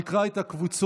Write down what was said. אני אקרא את הקבוצות.